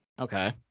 Okay